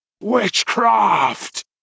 Witchcraft